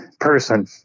Person